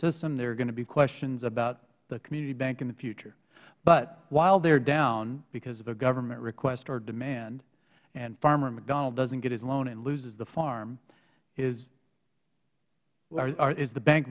system there are going to be questions about a community bank in the future but while they are down because of a government request or demand and farmer mcdonald doesn't get his loan or loses the farm is the bank